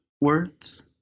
words